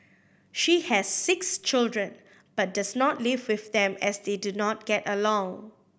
she has six children but does not live with them as they do not get along